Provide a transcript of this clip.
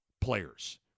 players